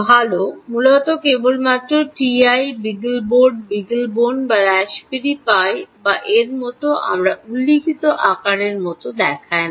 ভাল মূলত কেবলমাত্র টিআই বিগলবোর্ড বিগলবোন বা রাস্পবেরি পাই বা এর মতো আমরা উল্লিখিত আকারের মতো দেখায় না